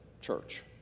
church